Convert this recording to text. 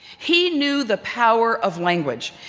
he knew the power of language.